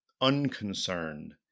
unconcerned